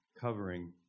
covering